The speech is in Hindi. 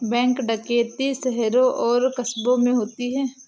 बैंक डकैती शहरों और कस्बों में होती है